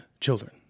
children